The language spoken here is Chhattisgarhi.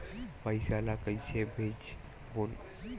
पईसा ला कइसे भेजबोन?